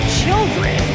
children